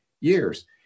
years